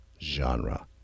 genre